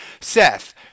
Seth